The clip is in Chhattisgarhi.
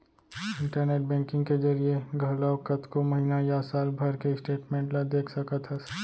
इंटरनेट बेंकिंग के जरिए घलौक कतको महिना या साल भर के स्टेटमेंट ल देख सकत हस